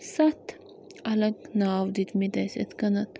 سَتھ الگ ناو دِتۍمٕتۍ اَسہِ یِتھ کٔنٮ۪تھ